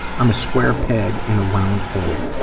i am a square peg in a round hole.